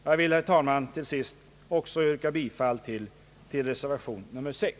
Jag yrkar, herr talman, till sist också bifall till reservation 6.